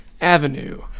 avenue